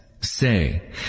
Say